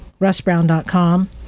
RussBrown.com